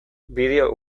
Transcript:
bideo